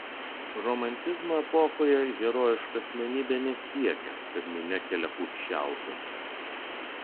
romantizmo epochoje herojiška asmenybė nesiekė kad minia keliaklupsčiautų